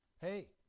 Hey